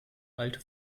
alte